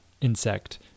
insect